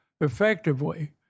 effectively